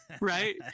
right